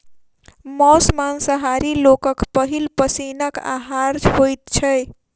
मौस मांसाहारी लोकक पहिल पसीनक आहार होइत छै